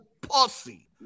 pussy